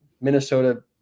Minnesota